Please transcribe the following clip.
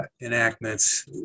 enactments